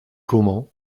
comment